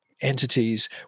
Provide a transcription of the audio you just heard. entities